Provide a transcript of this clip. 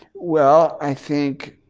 well, i think